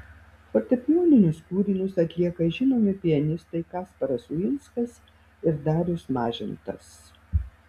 fortepijoninius kūrinius atlieka žinomi pianistai kasparas uinskas ir darius mažintas